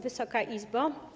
Wysoka Izbo!